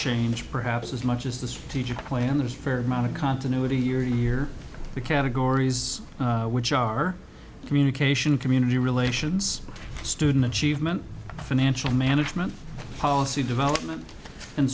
change perhaps as much as the strategic plan there's a fair amount of continuity year in year three categories which are communication community relations student achievement financial management policy development and